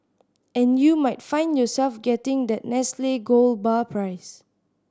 and you might find yourself getting that Nestle gold bar prize